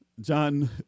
John